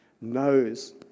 knows